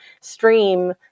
stream